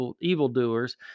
evildoers